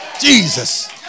Jesus